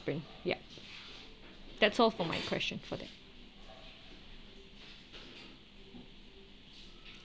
happen yup that's all for my question for that